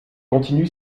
continue